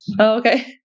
okay